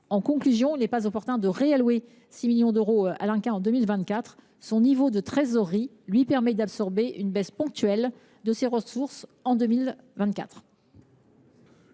En conclusion, il n’est pas opportun de réallouer 6 millions d’euros à l’INCa en 2024, car son niveau de trésorerie lui permet d’absorber cette baisse ponctuelle de ses ressources.